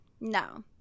No